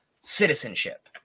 citizenship